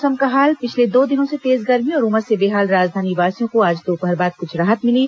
मौसम पिछले दो दिनों से तेज गर्मी और उमस से बेहाल राजधानीवासियों को आज दोपहर बाद कुछ राहत मिली